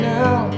now